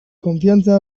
konfiantza